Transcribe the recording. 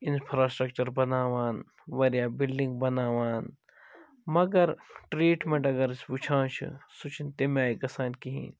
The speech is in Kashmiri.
اِنفراسٹرٛکچر بناوان واریاہ بِلڈِنٛگ بناوان مگر ٹریٖٹمٮ۪نٛٹ اگر أسۍ وُچھان چھِ سُہ چھُ نہٕ تمہِ آیہِ گَژھان کِہیٖنٛۍ